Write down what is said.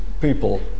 people